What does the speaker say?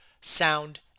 sound